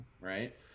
right